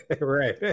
Right